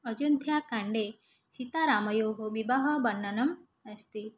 अयोध्याकाण्डे सीतारामयोः विवाहवर्णनम् अस्ति